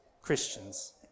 Christians